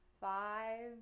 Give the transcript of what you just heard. five